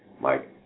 Mike